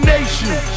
Nation